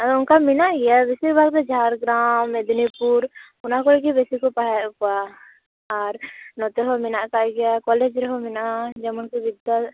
ᱟᱨ ᱚᱱᱠᱟ ᱢᱮᱱᱟᱜ ᱜᱮᱭᱟ ᱵᱮᱥᱤᱨᱵᱷᱟᱜ ᱫᱚ ᱡᱷᱟᱲᱜᱨᱟᱢ ᱢᱮᱫᱤᱱᱤᱯᱩᱨ ᱚᱱᱟ ᱠᱚᱨᱮᱜᱤ ᱵᱮᱥᱤ ᱠᱚ ᱯᱟᱲᱦᱟᱣᱮᱫ ᱠᱚᱣᱟ ᱟᱨ ᱱᱚᱛᱮ ᱦᱚᱸ ᱢᱮᱱᱟᱜ ᱠᱟᱫ ᱜᱮᱭᱟ ᱠᱚᱞᱮᱡᱽ ᱨᱮᱦᱚᱸ ᱢᱮᱱᱟᱜᱼᱟ ᱡᱮᱢᱚᱱ ᱠᱚ ᱵᱟᱫᱫᱟ